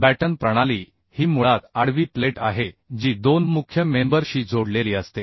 batten प्रणाली ही मुळात आडवी प्लेट आहे जी दोन मुख्य मेंबरशी जोडलेली असते